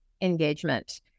engagement